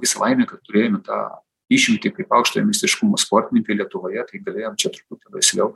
visa laimė kad turėjome tą išimtį kaip aukštojo meistriškumo sportininkai lietuvoje tai galėjom čia truputį laisviau